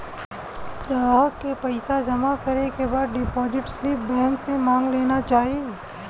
ग्राहक के पइसा जमा करे के बाद डिपाजिट स्लिप बैंक से मांग लेना चाही